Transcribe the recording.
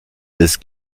des